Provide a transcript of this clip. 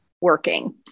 working